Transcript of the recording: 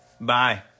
bye